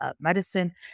medicine